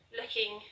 looking